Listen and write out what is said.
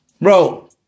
Bro